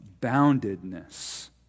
boundedness